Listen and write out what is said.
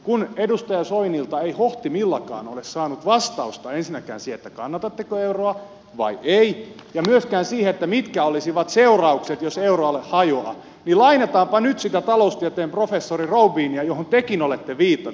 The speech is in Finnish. kun edustaja soinilta ei hohtimillakaan ole saanut vastausta ensinnäkään siihen kannatatteko euroa vai ette eikä myöskään siihen mitkä olisivat seuraukset jos euroalue hajoaa niin lainataanpa nyt sitä taloustieteen professori roubinia johon tekin olette viitannut